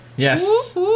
Yes